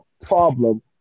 problem